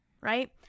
right